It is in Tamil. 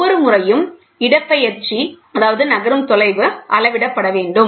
ஒவ்வொரு முறையும் இடப்பெயர்ச்சி நகரும் தொலைவு அளவிடப்பட வேண்டும்